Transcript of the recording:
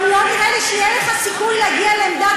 גם לא נראה לי שיהיה לך סיכוי להגיע לעמדת